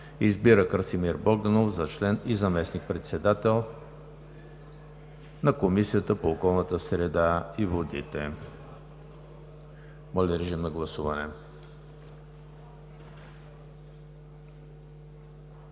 Избира Красимир Богданов за член и заместник-председател на Комисията по околната среда и водите.“ Моля, режим на гласуване.